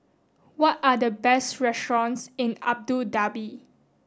what are the best restaurants in Abu Dhabi